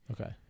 Okay